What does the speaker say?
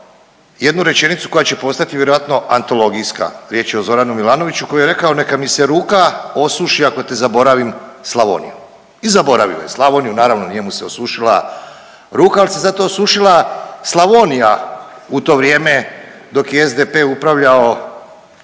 jednu rečenicu koja će postati vjerojatno antologijska. Riječ je o Zoranu Milanoviću koji je rekao neka mi se ruka osuši ako te zaboravim Slavonijo! I zaboravio je Slavoniju, naravno nije mu se osušila ruka, ali se zato osušila Slavonija u to vrijeme dok je SDP upravljao